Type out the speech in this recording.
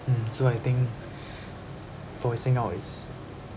mm so I think voicing out is